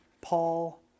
Paul